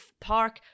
park